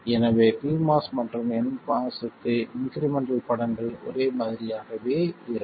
எனவே pMOS மற்றும் nMOS க்கு இன்க்ரிமெண்டல் படங்கள் ஒரே மாதிரியாகவே இருக்கும்